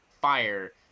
fire